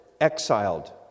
exiled